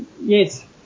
yes